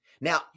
Now